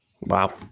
Wow